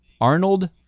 Arnold